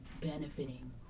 benefiting